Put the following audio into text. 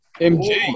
MG